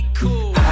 cool